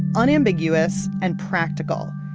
unambiguous, and practical.